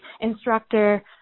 instructor